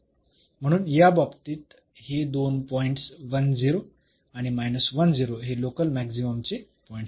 म्हणून या बाबतीत हे दोन पॉईंट्स आणि हे लोकल मॅक्सिममचे पॉईंट्स आहेत